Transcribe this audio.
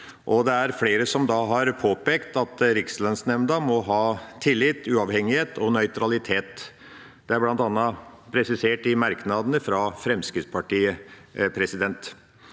Det er flere som har påpekt at Rikslønnsnemnda må ha tillit, uavhengighet og nøytralitet. Det er bl.a. presisert i merknadene fra Fremskrittspartiet.